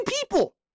people